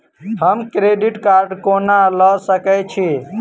हम credit card कोना लऽ सकै छी?